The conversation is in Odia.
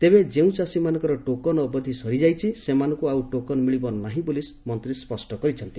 ତେବେ ଯେଉଁ ଚାଷୀମାନଙ୍କର ଟୋକନ ଅବଧି ସରିଯାଇଛି ସେମାନଙ୍କୁ ଆଉ ଟୋକନ ମିଳିବନାହିଁ ବୋଲି ମନ୍ତୀ ସ୍ୱଷ୍ଟ କରିଛନ୍ତି